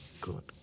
good